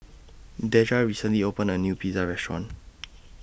Deja recently opened A New Pizza Restaurant